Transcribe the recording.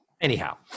Anyhow